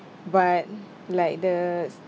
but like the